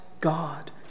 God